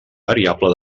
variable